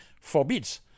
forbids